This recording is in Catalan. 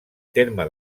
terme